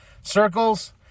circles